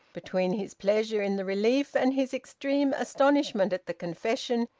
between his pleasure in the relief, and his extreme astonishment at the confession,